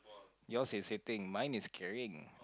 yours is sitting mine is carrying